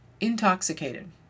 Intoxicated